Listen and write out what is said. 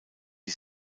die